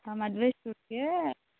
ಹಾಂ ಮದುವೆ ಶೂಟ್ಗೆ